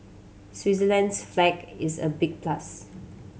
Switzerland's flag is a big plus